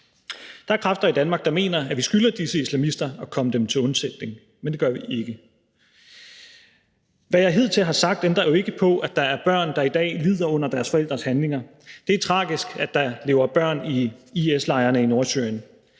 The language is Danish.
Der er kræfter i Danmark, der mener, at vi skylder disse islamister at komme dem til undsætning, men det gør vi ikke. Hvad jeg hidtil har sagt, ændrer jo ikke på, at der er børn, der i dag lider under deres forældres handlinger. Det er tragisk, at der lever børn i IS-lejrene i Nordsyrien.